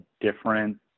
different